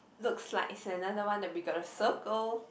looks like it's another one that we gonna circle